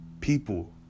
people